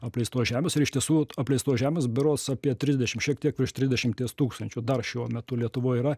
apleistos žemės ir iš tiesų apleistos žemės berods apie trisdešim šiek tiek virš trisdešimties tūkstančių dar šiuo metu lietuvoj yra